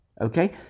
Okay